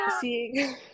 Seeing